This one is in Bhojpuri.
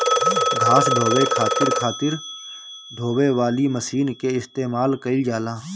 घास ढोवे खातिर खातिर ढोवे वाली मशीन के इस्तेमाल कइल जाला